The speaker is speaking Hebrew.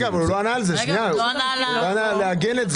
הוא עוד לא ענה על לעגן.